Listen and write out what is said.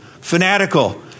fanatical